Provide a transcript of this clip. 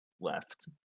left